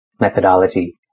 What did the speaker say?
methodology